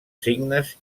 signes